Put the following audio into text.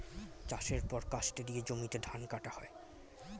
চাষের পর কাস্তে দিয়ে জমিতে ধান কাটা হয়